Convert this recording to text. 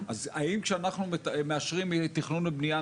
האם כשאנחנו מאשרים תכנון ובניה,